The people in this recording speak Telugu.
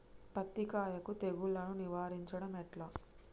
పత్తి కాయకు తెగుళ్లను నివారించడం ఎట్లా?